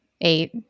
eight